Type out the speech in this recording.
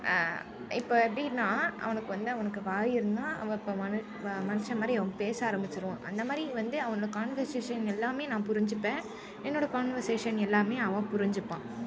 இப்போ எப்படின்னா அவனுக்கு வந்து அவனுக்கு வாய் இருந்தால் அவன் இப்போ மனு இப்போ மனுஷன் மாதிரி அவன் பேச ஆரம்பிச்சிடுவான் அந்தமாதிரி வந்து அவனோட கான்வெர்சேஷன் எல்லாமே நான் புரிஞ்சிப்பேன் என்னோடய கான்வெர்சேஷன் எல்லாமே அவன் புரிஞ்சிப்பான்